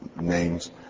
names